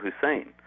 Hussein